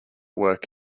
work